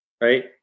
right